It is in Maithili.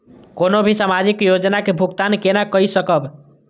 कोनो भी सामाजिक योजना के भुगतान केना कई सकब?